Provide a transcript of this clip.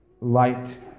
light